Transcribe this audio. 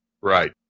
Right